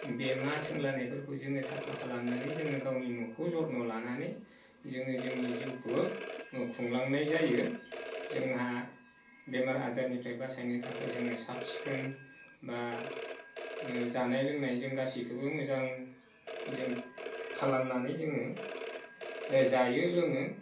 बेमा सोंलानायफोरखौ जोङो साफा खालामनानै जोङो गावनि न'खौ जत्न लानानै जोङो जोंनि जिउखौबो खुंलांनाय जायो जोंहा बेमार आजारनिफ्राय बासायनो थाखाय जोङो साब सिखोन बा जानाय लोंनायजों गासैखोबो मोजां जों खालामनानै जोङो जायो लोङो